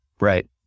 Right